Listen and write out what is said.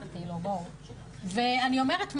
ואני אומרת,